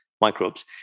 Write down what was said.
microbes